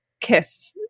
kiss